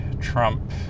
Trump